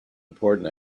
important